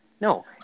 no